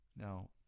Now